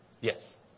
yes